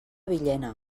villena